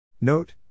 Note